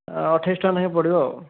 ଅଠେଇଶ ଶହ ଟଙ୍କା ଲେଖାଁଏ ପଡ଼ିବ ଆଉ